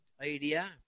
idea